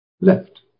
left